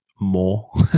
more